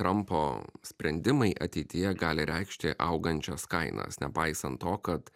trampo sprendimai ateityje gali reikšti augančias kainas nepaisant to kad